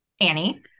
Annie